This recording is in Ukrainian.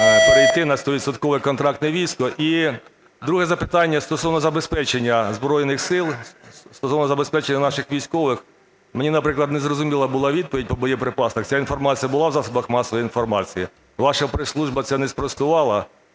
перейти на стовідсоткове контрактне військо? І друге запитання: стосовно забезпечення Збройних Сил, стосовно забезпечення наших військових. Мені, наприклад, не зрозуміла була відповідь по боєприпасам. Ця інформація була в засобах масової інформації, ваша прес-служба це не спростувала.